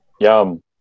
Yum